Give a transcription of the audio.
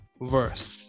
verse